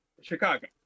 Chicago